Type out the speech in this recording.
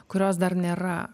kurios dar nėra